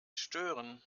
stören